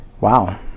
wow